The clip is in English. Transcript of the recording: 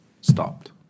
stopped